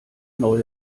neue